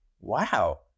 wow